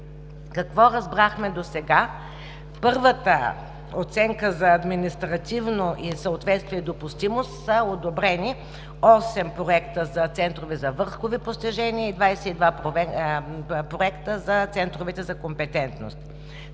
Какво разбрахме досега? По първата оценка за административно съответствие и допустимост са одобрени осем проекта за центрове за върхови постижения и 22 проекта за центровете за компетентност.